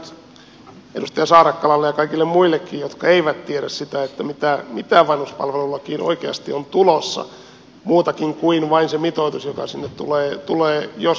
arvoisa ministeri kertokaa nyt edustaja saarakkalalle ja kaikille muillekin jotka eivät tiedä mitä vanhuspalvelulakiin oikeasti on tulossa muutakin kuin vain se mitoitus joka sinne tulee jos on tullakseen